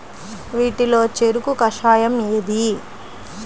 వీటిలో చెరకు కషాయం ఏది?